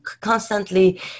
constantly